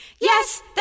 Yes